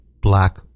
black